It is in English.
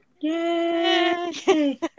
Yay